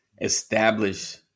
establish